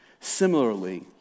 Similarly